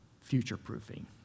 future-proofing